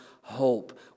hope